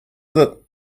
that